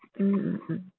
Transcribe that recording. mm mm mm